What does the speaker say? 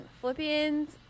philippians